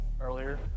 Earlier